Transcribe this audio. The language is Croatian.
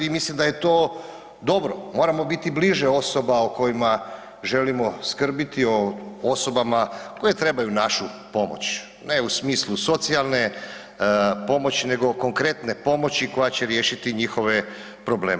I mislim da je to dobro, moramo biti bliže osoba o kojima želimo skrbiti o osobama koje trebaju našu pomoć ne u smislu socijalne pomoći nego konkretne pomoći koja će riješiti njihove probleme.